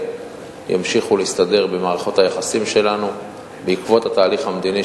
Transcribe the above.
ימשיכו להסתדר במערכות היחסים שלנו בעקבות התהליך המדיני,